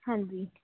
ਹਾਂਜੀ